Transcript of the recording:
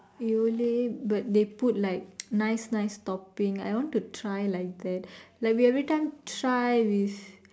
Yole but they put like nice nice topping I want to try like that like we every time try with